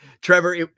trevor